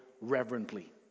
reverently